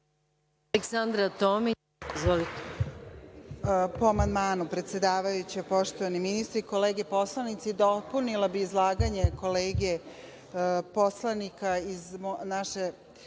Aleksandra Tomić. Izvolite.